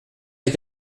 est